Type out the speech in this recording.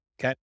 Okay